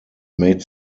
made